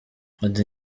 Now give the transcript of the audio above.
ati